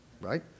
right